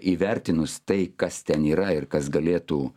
įvertinus tai kas ten yra ir kas galėtų